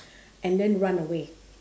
and then run away